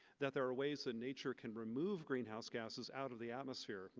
that there are ways a nature can remove greenhouse gases out of the atmosphere.